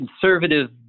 conservative